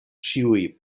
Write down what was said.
ĉiuj